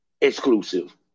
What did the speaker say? exclusive